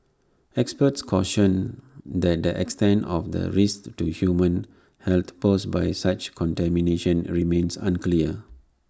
experts cautioned that the extent of the risk to human health posed by such contamination remains unclear